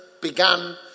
Began